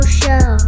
show